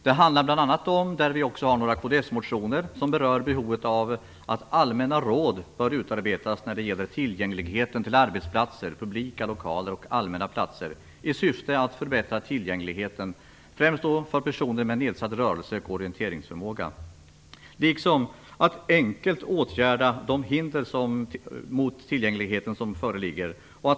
Det handlar bl.a. om några kdsmotioner som berör behovet av att allmänna råd bör utarbetas när det gäller tillgängligheten till arbetsplatser, publika lokaler och allmänna platser i syfte att förbättra tillgängligheten, främst för personer med nedsatt rörelse och orienteringsförmåga, liksom om att enkelt åtgärda de hinder mot tillgängligheten som föreligger.